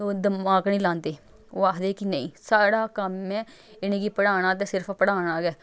दमाक निं लांदे ओह् आखदे कि नेईं साढ़ा कम्म ऐ इ'नेंगी पढ़ाना ते सिर्फ पढ़ाना गै